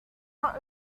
not